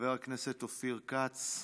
חבר הכנסת אופיר כץ.